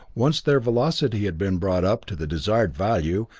once their velocity had been brought up to the desired value,